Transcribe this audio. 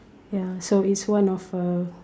ya so it's one of a